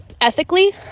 ethically